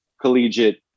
collegiate